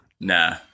nah